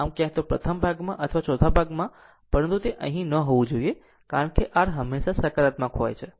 આમ ક્યાં તો પ્રથમ ભાગમાં અથવા ચોથા ભાગમાં પરંતુ અહીં તે ન હોવું જોઈએ કારણ કે r હંમેશા હકારાત્મક હોય છે